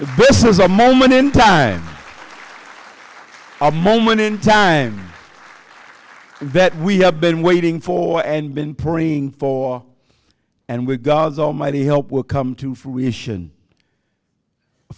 this is a moment in time a moment in time that we have been waiting for and been praying for and with god's almighty hope will come to fruition a